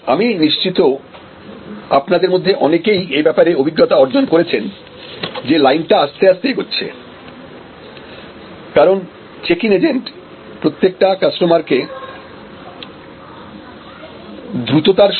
আমি নিশ্চিত আপনাদের মধ্যে অনেকেই এ ব্যাপারে অভিজ্ঞতা অর্জন করেছেন যে লাইনটা আস্তে আস্তে এগোচ্ছেকারণ চেক ইন এজেন্ট প্রত্যেকটা কাস্টমারকে দ্রুততার সঙ্গে প্রসেস করতে পারছে না